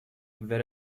where